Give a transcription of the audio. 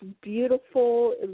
beautiful